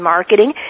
Marketing